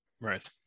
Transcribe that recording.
right